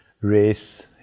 race